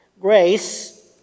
grace